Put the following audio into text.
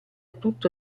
tutto